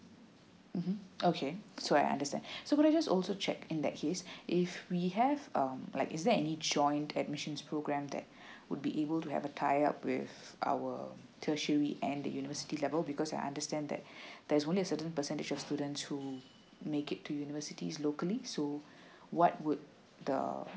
mmhmm okay so I understand so i would also check in that case if we have um like is there any joint admissions program that would be able to have a tie up with our tertiary and the university level because I understand that there's only a certain percentage of students who make it to university's locally so what would the